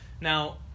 Now